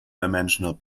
dimensional